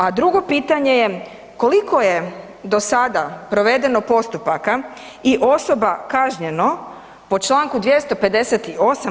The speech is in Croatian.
A drugo pitanje je, koliko je do sada provedeno postupaka i osoba kažnjeno po čl. 258.